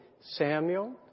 Samuel